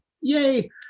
Yay